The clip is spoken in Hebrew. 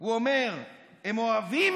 כמו אותו בור ועם הארץ שרוצה לגרש את האויבים